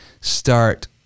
start